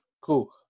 cool